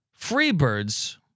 Freebirds